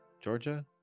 Georgia